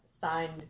signed